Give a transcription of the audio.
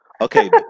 Okay